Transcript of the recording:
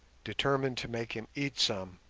determined to make him eat some.